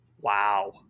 wow